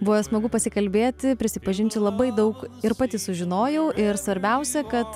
buvo smagu pasikalbėti prisipažinsiu labai daug ir pati sužinojau ir svarbiausia kad